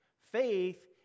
Faith